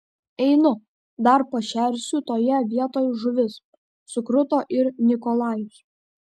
einu dar pašersiu toje vietoj žuvis sukruto ir nikolajus